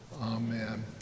Amen